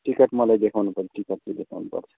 ticket मलाई देखाउनु पर्यो टिकट चाहिँ देखाउनुपर्छ